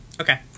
Okay